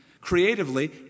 Creatively